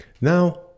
Now